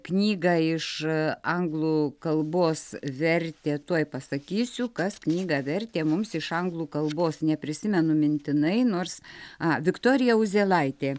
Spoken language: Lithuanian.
knygą iš anglų kalbos vertė tuoj pasakysiu kas knygą vertė mums iš anglų kalbos neprisimenu mintinai nors a viktorija uzėlaitė